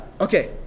Okay